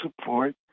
support